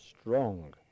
strong